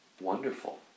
wonderful